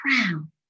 crown